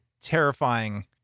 terrifying